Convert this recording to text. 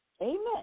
Amen